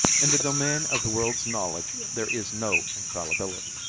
in the domain of the world's knowledge there is no infallibility.